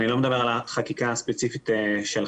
ואני לא מדבר על החקיקה הספציפית שלך,